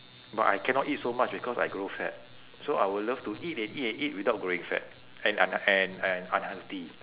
but I cannot eat so much because I grow fat so I would love to eat and eat and eat without growing fat and un~ and and unhealthy